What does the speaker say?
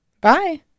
Bye